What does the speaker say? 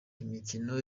imikino